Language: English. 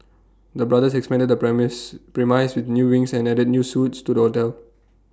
the brothers expanded the mix premise with new wings and added new suites to the hotel